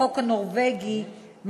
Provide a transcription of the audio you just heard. החוק הנורבגי,